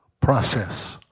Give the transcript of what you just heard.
process